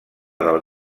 del